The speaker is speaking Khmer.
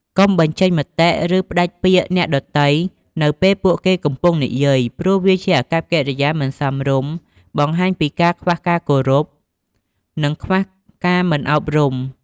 កុំបញ្ចេញមតិ ឬផ្តាច់ពាក្យអ្នកដទៃនៅពេលពួកគេកំពុងនិយាយ ព្រោះវាជាអាកប្បកិរិយាមិនសមរម្យ បង្ហាញពីការខ្វះការគោរព និងខ្វះការមិនអប់រំ។